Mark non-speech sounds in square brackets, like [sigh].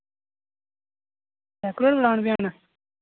[unintelligible] plant बी हैन